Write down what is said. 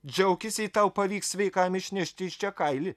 džiaukis jei tau pavyks sveikam išnešti iš čia kailį